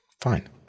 fine